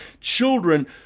children